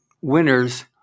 winners